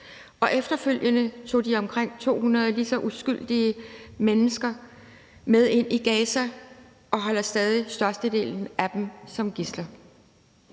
Efterfølgende tog de omkring 200 lige så uskyldige mennesker med ind i Gaza og holder stadig størstedelen af dem som gidsler.